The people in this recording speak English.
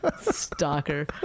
stalker